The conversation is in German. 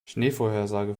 schneevorhersage